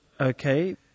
okay